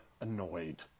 annoyed